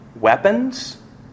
weapons